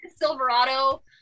Silverado